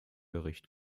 bericht